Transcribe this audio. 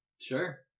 Sure